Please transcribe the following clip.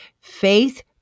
Faith